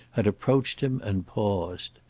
had approached him and paused.